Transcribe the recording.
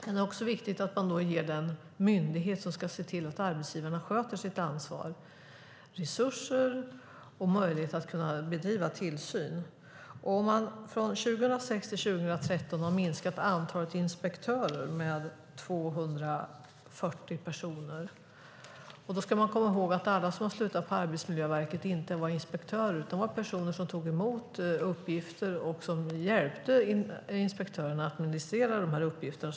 Men det är också viktigt att man ger den myndighet som ska se till att arbetsgivarna sköter sitt ansvar resurser och möjligheter att bedriva tillsyn. Från 2006 till 2013 har man minskat antalet inspektörer med 240 personer. Då ska man komma ihåg att alla som har slutat på Arbetsmiljöverket inte var inspektörer utan också var personer som tog emot uppgifter och hjälpte inspektörerna att administrera de här uppgifterna.